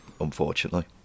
unfortunately